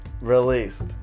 released